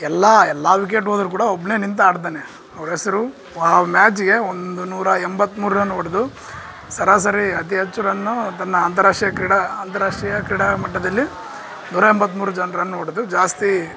ಎಲ್ಲ ಎಲ್ಲ ವಿಕೆಟ್ ಹೋದ್ರು ಕೂಡ ಒಬ್ಬನೆ ನಿಂತು ಆಡ್ತಾನೆ ಅವ್ರ ಹೆಸ್ರು ಆ ಮ್ಯಾಚಿಗೆ ಒಂದು ನೂರಾ ಎಂಬತ್ಮೂರು ರನ್ ಹೊಡೆದು ಸರಾಸರಿ ಅತೀ ಹೆಚ್ಚು ರನ್ನೂ ತನ್ನ ಅಂತಾರಾಷ್ಟ್ರೀಯ ಕ್ರೀಡಾ ಅಂತಾರಾಷ್ಟ್ರೀಯ ಕ್ರೀಡಾ ಮಟ್ಟದಲ್ಲಿ ನೂರಾ ಎಂಬತ್ಮೂರು ಜ ರನ್ ಹೊಡೆದು ಜಾಸ್ತಿ